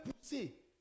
pousser